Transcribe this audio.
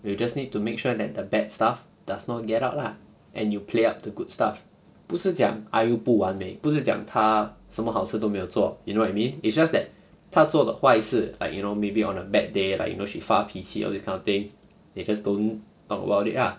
you just need to make sure that the bad stuff does not get out lah and you play up to good stuff 不是讲 I_U 不完美不是讲他什么好事都没有做 you know what I mean it's just that 他做了坏事 like you know maybe on a bad day like you know she 发脾气 or this kind of thing they just don't talk about it ah